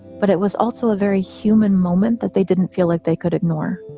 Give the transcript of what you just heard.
but it was also a very human moment that they didn't feel like they could ignore.